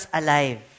alive